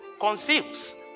conceals